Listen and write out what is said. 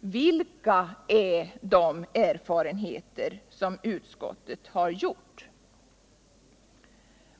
Vilka är de erfarenheter som utskottet har gjort?